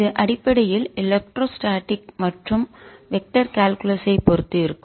இது அடிப்படையில் எலக்ட்ரோஸ்டேடிக் மற்றும் வெக்டர் கால்குலசை பெருத்து இருக்கும்